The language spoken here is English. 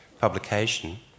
publication